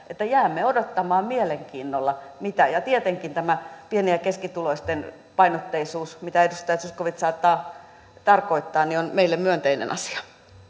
että jäämme odottamaan mielenkiinnolla mitä tapahtuu ja tietenkin tämä pieni ja keskituloisten painotteisuus mitä edustaja zyskowicz saattaa tarkoittaa on meille myönteinen asia